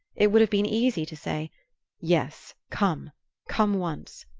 it would have been easy to say yes, come come once.